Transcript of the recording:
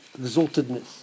exaltedness